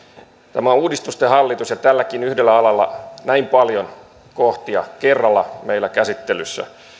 tämä on uudistusten hallitus ja tälläkin yhdellä alalla on näin paljon kohtia kerralla meillä käsittelyssä